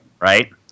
Right